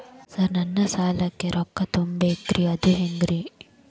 Sir ನನ್ನ ಸಾಲಕ್ಕ ರೊಕ್ಕ ತುಂಬೇಕ್ರಿ ಅದು ಹೆಂಗ್ರಿ?